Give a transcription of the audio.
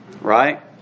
Right